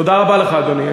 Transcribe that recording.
תודה רבה לך, אדוני.